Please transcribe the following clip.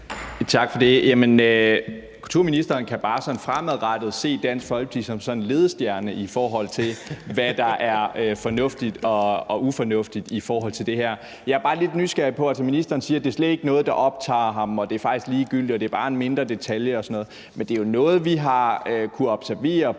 Tak for det. Kulturministeren kan bare sådan fremadrettet se Dansk Folkeparti som sådan en ledestjerne, i forhold til hvad der er fornuftigt og ufornuftigt i forhold til det her. Ministeren siger, at det slet ikke er noget, der optager ham, og at det faktisk er ligegyldigt, og at det bare en mindre detalje og sådan noget, men det er jo noget, vi har kunnet observere både